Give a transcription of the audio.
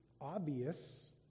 obvious